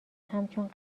همچون